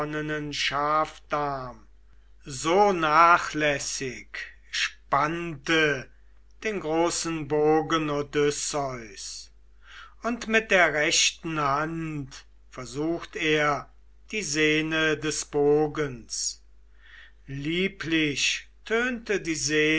so nachlässig spannte den großen bogen odysseus und mit der rechten hand versucht er die senne des bogens lieblich tönte die